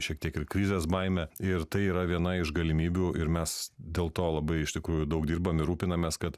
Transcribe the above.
šiek tiek ir krizės baimę ir tai yra viena iš galimybių ir mes dėl to labai iš tikrųjų daug dirbam ir rūpinamės kad